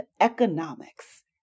Economics